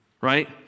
Right